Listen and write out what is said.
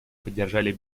поддержали